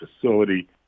facility